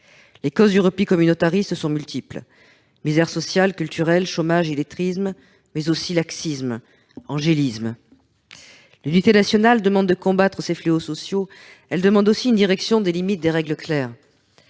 Les causes du repli communautariste sont multiples : misère sociale, culturelle, chômage, illettrisme, mais aussi laxisme, angélisme. L'unité nationale demande de combattre ces fléaux sociaux. Elle demande aussi une direction, des limites, des règles claires.